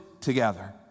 together